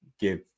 give